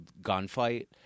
gunfight